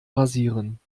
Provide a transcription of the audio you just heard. rasieren